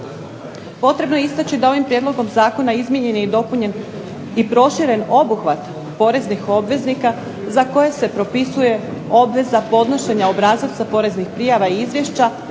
Treba istaći da je ovim Prijedlogom zakona promijenjen i proširen obuhvat poreznih obveznika za koje se propisuje obveza podnošenja obrazaca poreznih prijava i izvješća,